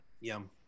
Yum